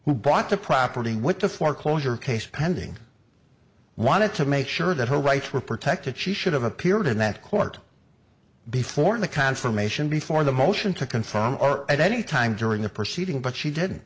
who bought the property with a foreclosure case pending wanted to make sure that her rights were protected she should have appeared in that court before the confirmation before the motion to conform or at any time during the proceeding but she did